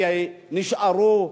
כי נשארו,